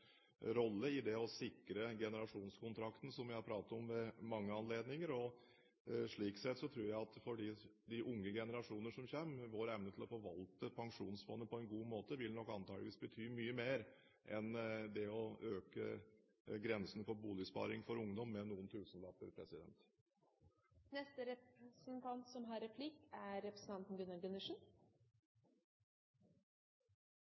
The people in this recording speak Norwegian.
rolle i det å sikre generasjonskontrakten, som vi har pratet om ved mange anledninger. Slik sett tror jeg at for de unge generasjoner som kommer, vil vår evne til å forvalte Pensjonsfondet på en god måte antakeligvis bety mye mer enn det å øke grensen for boligsparing for ungdom med noen tusenlapper.